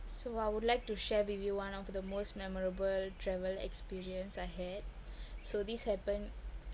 so I would like to share with you one of the most memorable travel experience I had so this happened